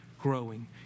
growing